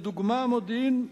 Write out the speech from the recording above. אדוני השר,